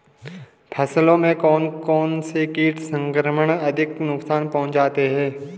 फसलों में कौन कौन से कीट संक्रमण अधिक नुकसान पहुंचाते हैं?